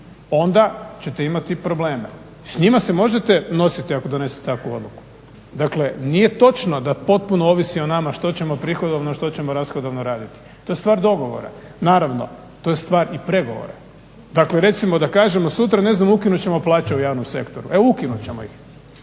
onda ćete imati probleme. S njima se možete nositi ako donese takvu odluku, dakle nije točno da potpuno ovisi o nama što ćemo prihodovno, a što ćemo rashodovno raditi. To je stvar dogovora. Naravno, to je stvar i pregovora. Dakle, recimo da kažemo sutra ukinut ćemo plaće u javnom sektoru, evo ukinut ćemo ih.